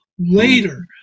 later